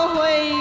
Away